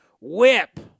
Whip